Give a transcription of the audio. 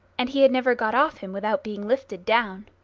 and he had never got off him without being lifted down.